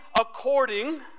according